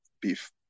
beef